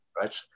right